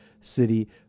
city